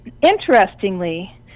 Interestingly